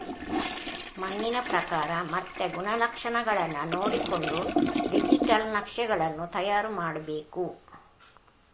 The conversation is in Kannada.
ಮಣ್ಣಿನ ಪ್ರಕಾರ ಮತ್ತೆ ಗುಣಲಕ್ಷಣಗಳನ್ನ ನೋಡಿಕೊಂಡು ಡಿಜಿಟಲ್ ನಕ್ಷೆಗಳನ್ನು ತಯಾರು ಮಾಡ್ಬೇಕು